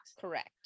Correct